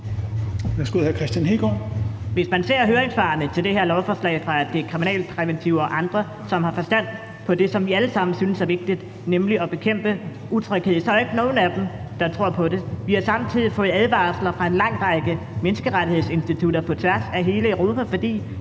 Hvis man ser høringssvarene til det her lovforslag fra Det Kriminalpræventive Råd og andre, som har forstand på det, som vi alle sammen synes er vigtigt, nemlig at bekæmpe utryghed, så er der jo ikke nogen af dem, der tror på det. Vi har samtidig fået advarsler fra en lang række menneskerettighedsinstitutter på tværs af hele Europa, fordi